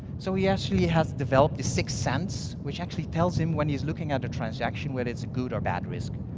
so he actually has developed a sixth sense which actually tells him when he's looking at a transaction whether it's a good or bad risk.